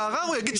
בערר הוא יגיד,